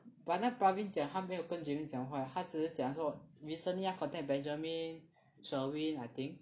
but 那个 Pravin 讲他没有跟 Javien 讲话 leh 他只是讲说 recently 他 contact Benjamin Sherwin I think